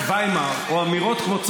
אתה צאן לטבח?